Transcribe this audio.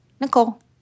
Nicole